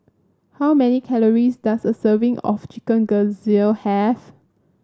how many calories does a serving of chicken have